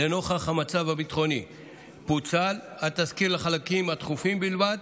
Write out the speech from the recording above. לנוכח המצב הביטחוני פוצל התזכיר לחלקים הדחופים בלבד